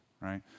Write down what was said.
right